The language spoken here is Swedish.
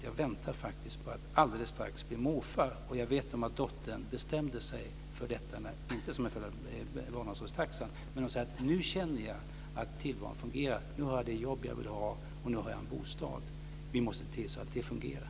Jag väntar faktiskt på att alldeles strax bli morfar. Och jag vet att dottern bestämde sig för detta inte som en följd av barnomsorgstaxan men när hon kände att tillvaron fungerade. Hon säger: Nu har jag det jobb jag vill ha, och nu har jag en bostad. Vi måste se till att det fungerar.